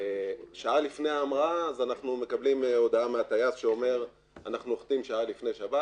שעה לפני ההמראה שאנחנו נוחתים שעה לפני שבת,